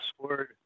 password